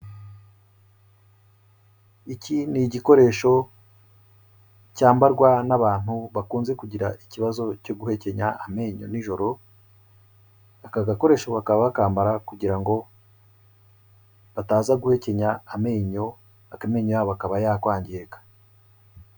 Iki ni igikoresho cyambarwa n'abantu bakunze kugira ikibazo cyo guhekenya amenyo nijoro, aka gakoresho bakaba bakambara kugira ngo bataza guhekenya amenyo, amenyo yabo akaba yakwangirika.